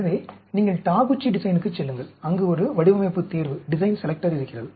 எனவே நீங்கள் டாகுச்சி டிசைனுக்குச் செல்லுங்கள் அங்கு ஒரு வடிவமைப்பு தேர்வு இருக்கிறது